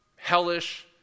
hellish